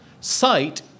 Sight